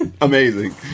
Amazing